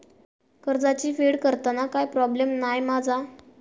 कर्जाची फेड करताना काय प्रोब्लेम नाय मा जा?